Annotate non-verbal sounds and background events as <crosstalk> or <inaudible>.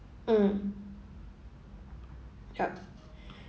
mm <noise> yup <breath>